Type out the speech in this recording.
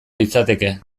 litzateke